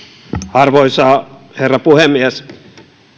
arvoisa herra puhemies